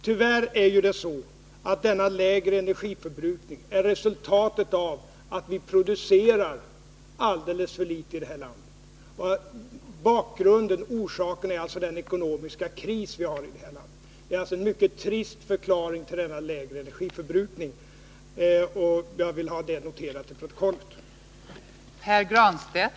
Tyvärr förhåller det sig så, att denna lägre energiförbrukning är resultatet av att vi producerar alldeles för litet i det här landet. Orsaken är alltså den ekonomiska kris som vi har. Det är således en mycket trist förklaring till denna lägre energiförbrukning. Jag vill ha detta noterat till protokollet.